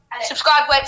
Subscribe